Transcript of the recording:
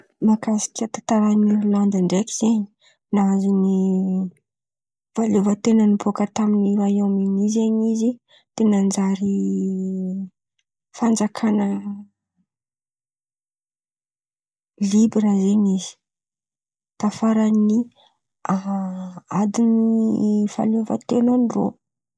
Mahakasiky tantarany irlandy ndreky zeny nahazo ny fahaleovan-ten̈any bôka taminy Roaôma iny zey izy. De nanjary fanjakana libre iny izy tafarany adiny fahaleovan-ten̈a ndreo.